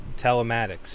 telematics